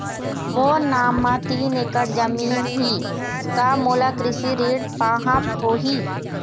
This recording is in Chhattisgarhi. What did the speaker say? मोर नाम म तीन एकड़ जमीन ही का मोला कृषि ऋण पाहां होही?